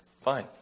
fine